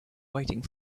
waiting